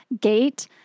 gate